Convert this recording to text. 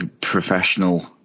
professional